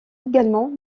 également